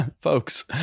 folks